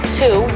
two